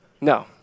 No